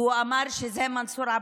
והוא אמר שזה מנסור עבאס.